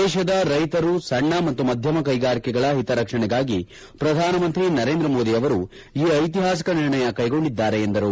ದೇಶದ ರೈತರು ಸಣ್ಣ ಮತ್ತು ಮಧ್ಯಮ ಕೈಗಾರಿಕೆಗಳ ಹಿತ ರಕ್ಷಣೆಗಾಗಿ ಪ್ರಧಾನಮಂತ್ರಿ ನರೇಂದ್ರಮೋದಿ ಅವರು ಈ ಐತಿಹಾಸಿಕ ನಿರ್ಣಯ ಕೈಗೊಂಡಿದ್ದಾರೆ ಎಂದರು